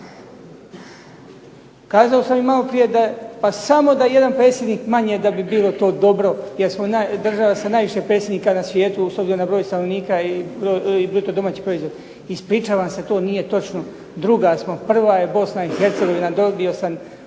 Kazao sam i maloprije, samo da jedan predsjednik manje da bi bilo to dobro jer smo država sa najviše predsjednika na svijetu s obzirom na broj stanovnika i bruto-domaći proizvod. Ispričavam se to nije točno, druga smo, prva je Bosna i Hercegovina, dobio sam